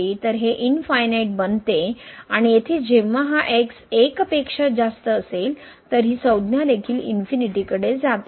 तर हे इनफायनाईट बनते आणि येथे जेव्हा हा x 1 पेक्षा जास्त असेल तर ही संज्ञा देखील कडे जात आहे